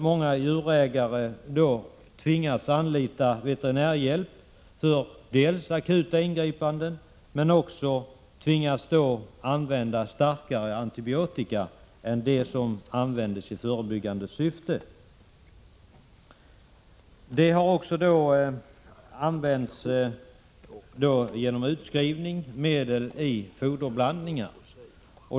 Många djurägare tvingas då anlita veterinärhjälp för akuta ingripanden, men de tvingas också använda starkare antibiotika än det som används i förebyggande syfte. Genom utskrivning har också medel använts i foderblandningar.